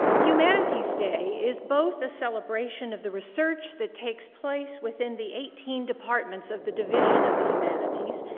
humanities day is both a celebration of the research that takes place within the eighteen departments of the division of the humanities,